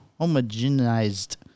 homogenized